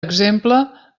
exemple